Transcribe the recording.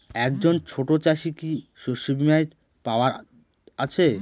একজন ছোট চাষি কি শস্যবিমার পাওয়ার আছে?